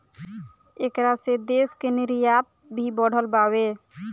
ऐकरा से देश के निर्यात भी बढ़ल बावे